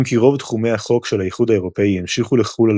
אם כי רוב תחומי החוק של האיחוד האירופי המשיכו לחול על